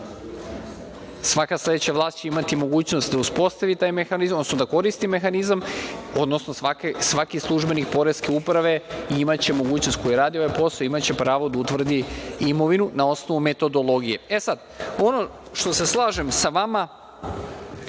Svaka sledeća vlast će imati mogućnost da uspostavi taj mehanizam, odnosno da koristi mehanizam, odnosno svaki službenik poreske uprave imaće mogućnost, koji radi ovaj posao, imaće pravo da utvrdi imovinu na osnovu metodologije.E, sad, ono što se slažem sa vama,